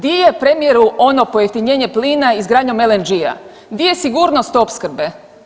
Di je premijeru ono pojeftinjenje plina izgradnjom LNG-a, di je sigurnost opskrbe?